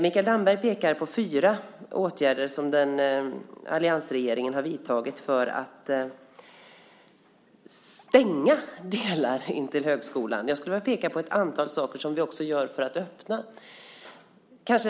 Mikael Damberg pekar på fyra åtgärder som alliansregeringen har vidtagit för att stänga vägar in till högskolan. Jag skulle vilja peka på ett antal saker som vi också gör för att öppna.